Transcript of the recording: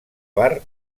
bar